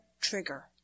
trigger